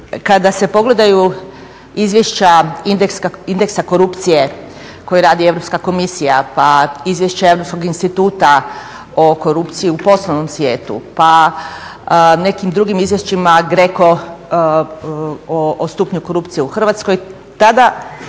kada se pogledaju izvješća indeksa korupcije koje radi Europska komisija, pa izvješće Europskog instituta o korupciji u poslovnom svijetu, pa nekim drugim izvješćima GRECO o stupnju korupcije u Hrvatskoj, tada